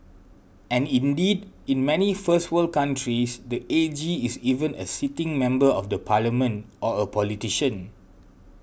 and indeed in many first world countries the A G is even a sitting member of the parliament or a politician